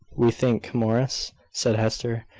we think, morris, said hester.